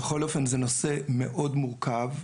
בכל אופן, זה נושא מאוד מורכב.